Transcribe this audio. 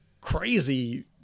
crazy